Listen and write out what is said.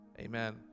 amen